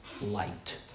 light